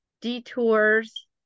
detours